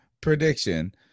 prediction